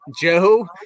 Joe